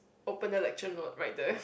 open the lecture note right there